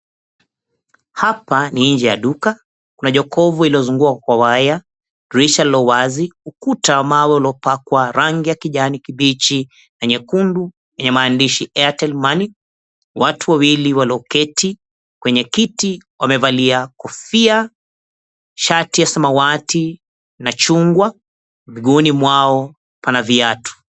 Hapa ni nje ya duka, kuna jokovu lililosunguka kwa waya. Dirisha iliyo wazi ukiwa wa mawe uliopakwa rangi ya kijani kibichi na nyekundu yenye maandishi Airtel Money. Watu wawili walioketi kwenye kiti wamevalia kofia shati ya samawati na chungwa, miguuni mwao pana viatu.